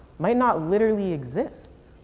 might not literally exist.